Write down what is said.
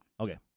Okay